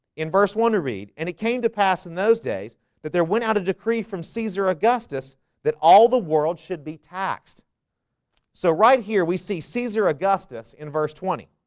in verse one to read and it came to pass in those days that there went out a decree from caesar augustus that all the world should be taxed so right here, we see caesar augustus in verse twenty